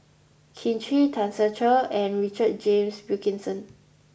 Kin Chui Tan Ser Cher and Richard James Wilkinson